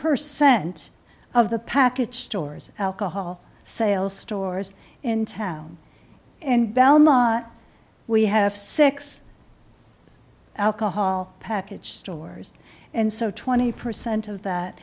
percent of the package stores alcohol sales stores in town and delma we have six alcohol package stores and so twenty percent of that